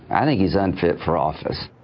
i think he's unfit for office.